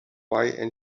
and